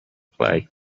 play